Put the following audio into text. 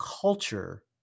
culture